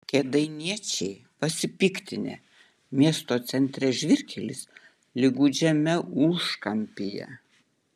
kėdainiečiai pasipiktinę miesto centre žvyrkelis lyg gūdžiame užkampyje